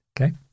okay